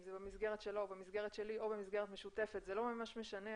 אם זה במסגרת שלו או במסגרת שלי או במסגרת משותפת זה לא ממש משנה,